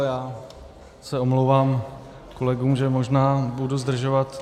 Já se omlouvám kolegům, že možná budu zdržovat.